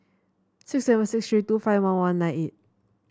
six seven six three two five one one nine eight